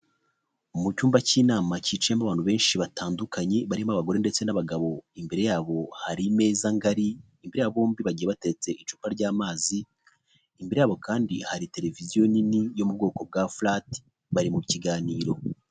Mu cyumba cy'inama cyicayimo abantu benshi batandukanye barimo abagore ndetse n'abagabo, imbere yabo hari imeza ngari, imbera yabo bombi bagiye bateretse icupa ry'amazi, imbere yabo kandi hari televiziyo nini yo mu bwoko bwa fulati bari mu kiganiro.